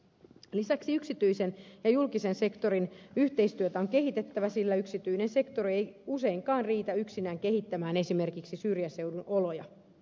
lisäksi yksityisen ja julkisen sektorin yhteistyötä on kehitettävä sillä yksityinen sektori ei useinkaan riitä yksinään kehittämään esimerkiksi syrjäseudun oloja